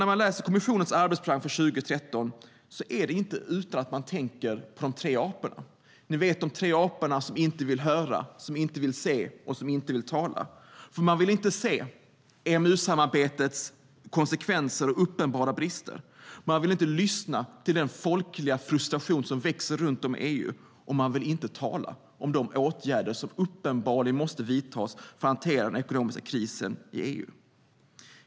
När man läser kommissionens arbetsprogram för 2013 är det inte utan att man tänker på de tre aporna som inte vill höra, inte vill se och inte villa tala. Man vill inte se EMU-samarbetets konsekvenser och uppenbara brister, man vill inte lyssna till den folkliga frustration som växer runt om i EU och man vill inte tala om de åtgärder som uppenbarligen måste vidtas för att hantera den ekonomiska krisen i EU.